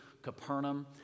Capernaum